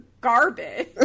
garbage